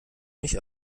mich